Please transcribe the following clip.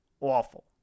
awful